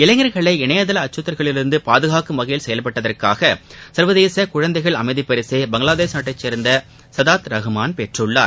இளைஞர்களை இணையதள அச்சுறுத்தல்களிலிருந்து பாதுகாக்கும் வகையில் செயல்பட்டதற்காக சர்வதேச குழந்தைகள் அமைதி பரிசை பங்களாதேஷ் நாட்டைச் சேர்ந்த சதாத் ரஹ்மான் பெற்றுள்ளார்